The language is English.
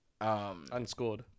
Unscored